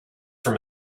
from